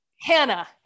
Hannah